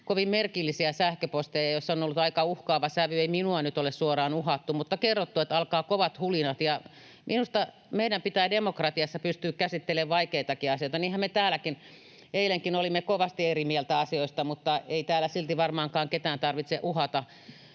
kovin merkillisiä sähköposteja, joissa on ollut aika uhkaava sävy. Ei minua nyt ole suoraan uhattu, mutta on kerrottu, että alkaa kovat hulinat. Minusta meidän pitää demokratiassa pystyä käsittelemään vaikeitakin asioita. Niinhän me täälläkin, eilenkin olimme kovasti eri mieltä asioista, mutta ei täällä silti varmaankaan ketään tarvitse uhata